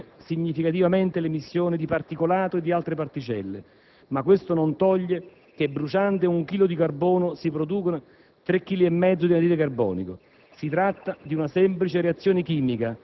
Certamente, oggi siamo in grado di ridurre significativamente le emissioni di particolato e di altre particelle, ma questo non toglie che bruciando un chilo di carbone si producono 3,5 chili di anidride carbonica.